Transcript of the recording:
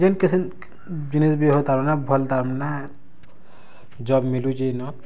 ଜେନ୍ ଜିନିଷ୍ ବି ହଉ ତାର୍ ମାନେ ଭଲ୍ ତାର୍ ମାନେ ଜବ୍ ମିଲୁଛେ ଇନ